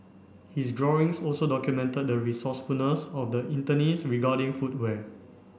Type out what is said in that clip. his drawings also documented the resourcefulness of the internees regarding footwear